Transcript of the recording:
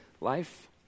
life